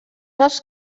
els